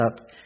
up